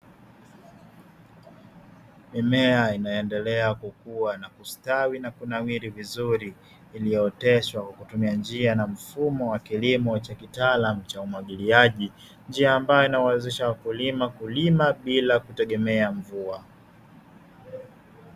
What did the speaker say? Mimea inaendelea kukuwa na kustawi na kunawiri vizuri iliyooteshwa kwa kutumia njia na mfumo wa kilimo cha kitaalamu cha umwagiliaji, njia ambayo inayowawezesha wakulima kulima bila kutegemea mvua.